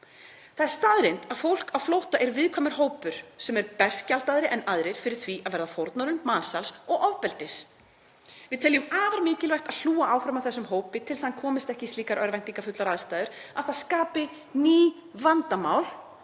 Það er staðreynd að fólk á flótta er viðkvæmur hópur sem er berskjaldaðri en aðrir fyrir því að verða fórnarlömb mansals og ofbeldis. Við teljum afar mikilvægt að hlúa áfram að þessum hópi til þess að hann komist ekki í slíkar örvæntingarfullar aðstæður að það skapi ný vandamál